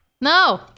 No